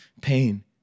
pain